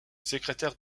secrétaire